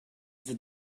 the